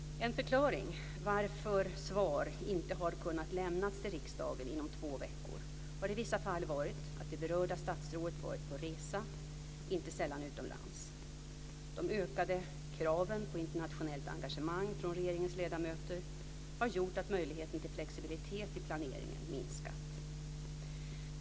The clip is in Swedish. En förklaring till varför svar inte har kunnat lämnas till riksdagen inom två veckor har i vissa fall varit att det berörda statsrådet varit på resa, inte sällan utomlands. De ökade kraven på internationellt engagemang från regeringens ledamöter har gjort att möjligheten till flexibilitet i planeringen minskat.